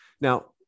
Now